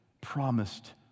promised